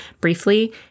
briefly